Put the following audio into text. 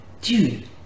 Dude